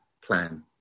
plan